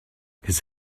his